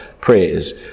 prayers